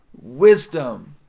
wisdom